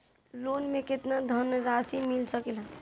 Loan मे केतना धनराशी मिल सकेला?